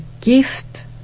gift